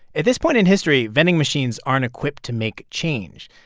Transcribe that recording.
at this point in history, vending machines aren't equipped to make change.